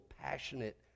passionate